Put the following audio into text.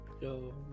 Yo